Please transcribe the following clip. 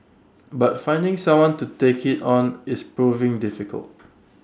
but finding someone to take IT on is proving difficult